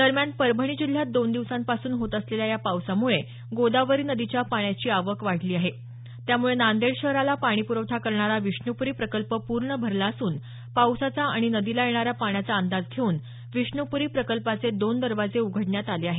दरम्यान परभणी जिल्ह्यात दोन दिवसापासून होत असलेल्या या पावसामुळे गोदावरी नदीच्या पाण्याची आवक वाढली आहे त्यामुळे नांदेड शहराला पाणीपुरवठा करणारा विष्णुप्री प्रकल्प पूर्ण भरला असून पावसाचा आणि नदीला येणाऱ्या पाण्याचा अंदाज घेऊन विष्णूपूरी प्रकल्पाचे दोन दरवाजे उघडण्यात आले आहेत